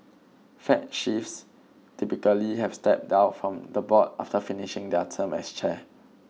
Fed chiefs typically have stepped down from the board after finishing their term as chair